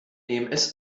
ems